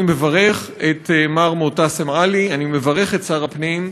אני מברך את מר מועתסם עלי, אני מברך את שר הפנים,